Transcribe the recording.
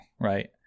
right